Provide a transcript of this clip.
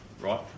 right